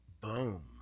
Boom